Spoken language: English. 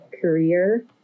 career